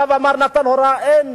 בא ונתן הוראה: אין,